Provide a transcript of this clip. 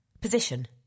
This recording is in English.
Position